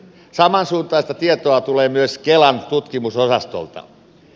samansuuntaista tietoa tulee myös kelan tutkimusosastolta